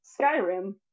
Skyrim